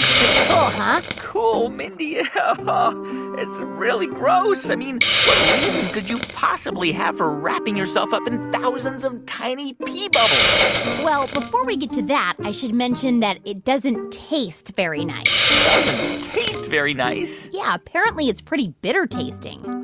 but pretty cool, huh? cool? mindy, ah it's really gross. i mean, what reason could you possibly have for wrapping yourself up in thousands of tiny pee bubbles? well, before we get to that, i should mention that it doesn't taste very nice doesn't taste very nice? yeah, apparently, apparently, it's pretty bitter-tasting.